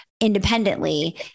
independently